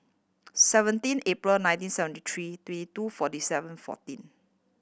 seventeen April nineteen seventy three three two forty seven fourteen